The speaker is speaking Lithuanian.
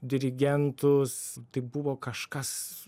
dirigentus tai buvo kažkas